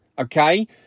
okay